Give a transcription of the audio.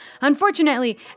unfortunately